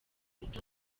wiga